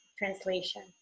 translation